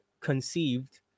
conceived